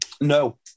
No